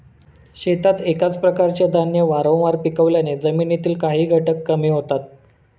शेतात एकाच प्रकारचे धान्य वारंवार पिकवल्याने जमिनीतील काही घटक कमी होतात